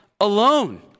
alone